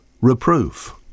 reproof